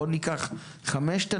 בואו ניקח 5,000,